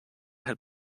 had